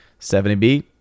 70B